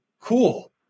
Cool